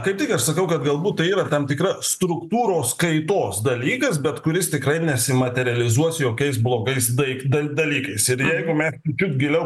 kaip tik aš sakaukad galbūt tai yra tam tikra struktūros kaitos dalykas bet kuris tikrai nesimaterializuos jokiais blogais daik dai dalykais ir jeigu mes čiut čiut giliau